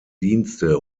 dienste